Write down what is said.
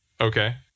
Okay